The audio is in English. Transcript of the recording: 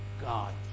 God